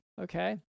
okay